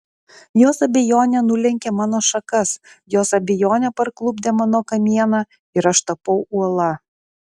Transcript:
jos abejonė nulenkė mano šakas jos abejonė parklupdė mano kamieną ir aš tapau uola